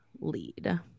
lead